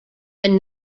and